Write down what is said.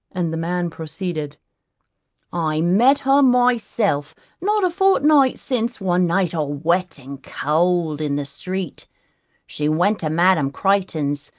and the man proceeded i met her myself not a fortnight since one night all wet and cold in the streets she went to madam crayton's,